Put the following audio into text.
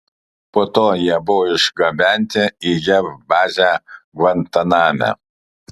po to jie buvo išgabenti į jav bazę gvantaname